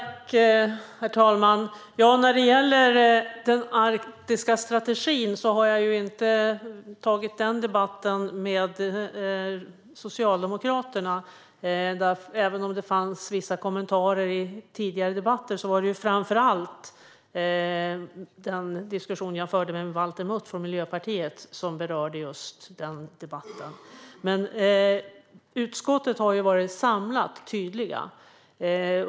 Herr talman! När det gäller den arktiska strategin har jag inte tagit den debatten med Socialdemokraterna. Även om det fanns vissa kommentarer i tidigare debatter var det framför allt en diskussion jag förde med Valter Mutt från Miljöpartiet som berörde just det. Från utskottet har vi varit samlat tydliga.